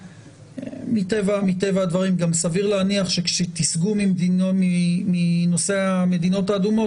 מטבע הדברים גם סביר להניח שכאשר תיסגו מנושא המדינות האדומות,